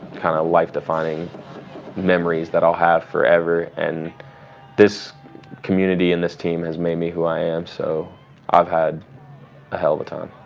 kind of life-defining memories that i'll have forever, and this community and this team has made me who i am. so i've had a helluva time.